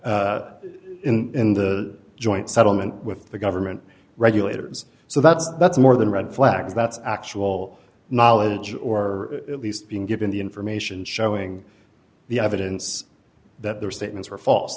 the in the joint settlement with the government regulators so that's that's more than red flags that's actual knowledge or at least being given the information showing the evidence that their statements were false